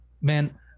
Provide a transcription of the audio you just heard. man